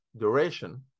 duration